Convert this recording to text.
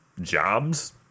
jobs